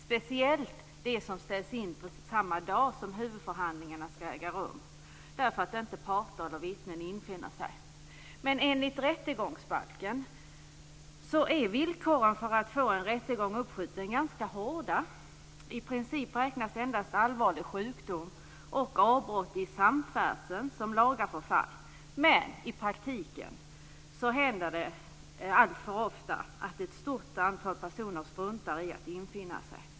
Speciellt gäller detta när det ställs in samma dag som huvudförhandlingarna skall äga rum för att inte parter eller vittnen infinner sig. Enligt rättegångsbalken är villkoren för att få en rättegång uppskjuten ganska hårda. I princip räknas endast allvarlig sjukdom och avbrott i samfärdseln som laga förfall. Men i praktiken händer det alltför ofta att ett stort antal personer struntar i att infinna sig.